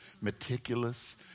meticulous